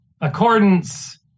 accordance